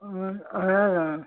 اۭں اہن حظ اۭں